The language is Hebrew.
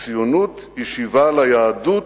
הציונות היא שיבה ליהדות,